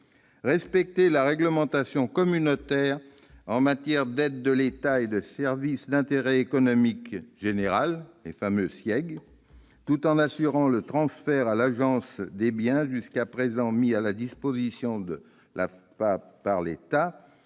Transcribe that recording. Respecter la réglementation communautaire en matière d'aides d'État et de services d'intérêt économique général, ou SIEG, tout en assurant le transfert à l'Agence des biens jusqu'à présent mis à la disposition de l'AFPA par l'État